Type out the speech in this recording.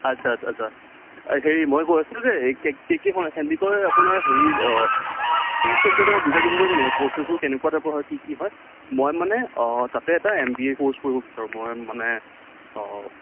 আচ্ছা আচ্ছা এই হেৰি মই কৈ আছিলোঁ যে কে কে কে নহয় সন্দিকৈ আপোনাৰ হেৰিৰ ফিজ ষ্ট্ৰাকচাৰটো এবাৰ বুজাই দিব পাৰিব নি ক'ৰচেছবোৰ কেনেকুৱা টাইপৰ হয় কি কি হয় মই মানে তাতে এটা এম বি এ ক'ৰ্চ কৰিব বিছাৰোঁ মই মানে অঁ